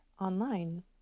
online